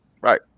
Right